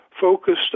focused